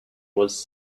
was